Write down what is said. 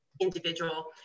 individual